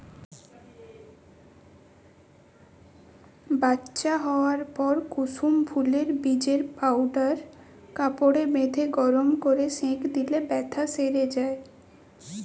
বাচ্চা হোয়ার পর কুসুম ফুলের বীজের পাউডার কাপড়ে বেঁধে গরম কোরে সেঁক দিলে বেথ্যা সেরে যায়